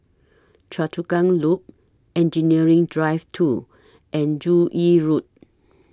Choa Chu Kang Loop Engineering Drive two and Joo Yee Road